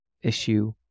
issue